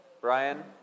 Brian